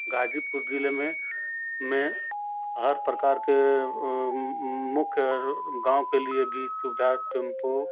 गाज़ीपुर ज़िले में में हर प्रकार के मुख्य गाँव के लिए भी सुविधा टेंपो